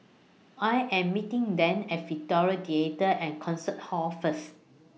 I Am meeting Dane At Victoria Theatre and Concert Hall First